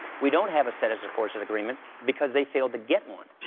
we don't have a status of forces agreement because they failed to get one.